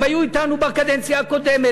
הם היו אתנו בקדנציה הקודמת,